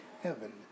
heaven